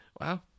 Wow